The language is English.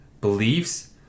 beliefs